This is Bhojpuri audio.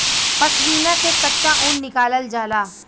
पश्मीना से कच्चा ऊन निकालल जाला